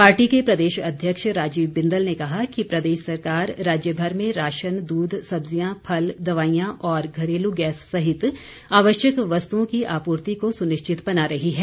party के प्रदेश अध्यक्ष राजीव बिंदल ने कहा कि प्रदेश सरकार राज्यभर में राशन दूध सब्जियां फल दवाईयां और घरेलू गैस सहित आवश्यक वस्तुओं की आपूर्ति को सुनिश्चित बना रही है